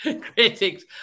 Critics